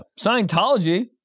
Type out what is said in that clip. Scientology